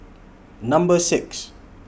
Number six